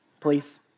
please